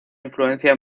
influencia